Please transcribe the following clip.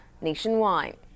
nationwide